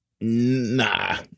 Nah